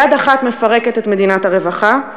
יד אחת מפרקת את מדינת הרווחה,